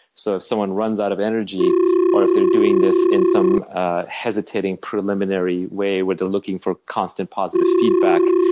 so if someone runs out of energy or if they're doing this in some hesitating, preliminary way where they're looking for constant positive feedback,